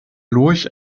lurch